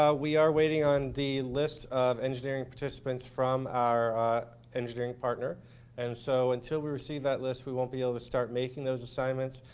we are waiting on the and list of engineering participants from our engineering partner and so until we receive that list, we won't be able to start making those assignments.